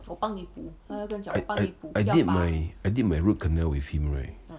I I did my I did my root canal with him right